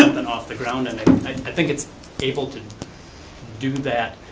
something off the ground and i think it's able to do that